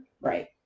Right